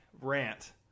rant